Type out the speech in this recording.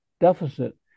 deficit